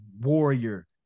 warrior